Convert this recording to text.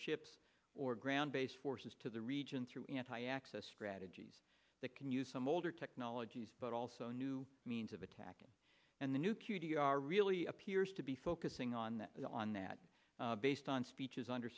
ships or ground based forces to the region through anti access strategies that can use some older technologies but also new means of attacking and the new q t r really appears to be focusing on that on that based on speeches under